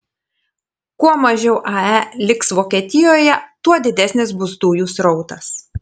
kuo mažiau ae liks vokietijoje tuo didesnis bus dujų srautas